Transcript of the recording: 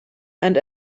and